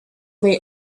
they